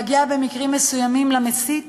להגיע במקרים מסוימים למסית